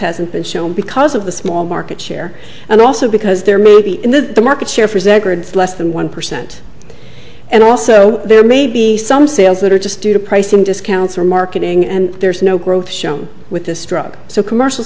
hasn't been shown because of the small market share and also because there may be in the market share for less than one percent and also there may be some sales that are just due to price some discounts are marketing and there's no growth shown with this drug so commercial